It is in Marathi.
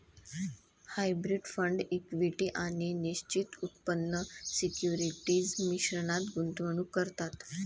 हायब्रीड फंड इक्विटी आणि निश्चित उत्पन्न सिक्युरिटीज मिश्रणात गुंतवणूक करतात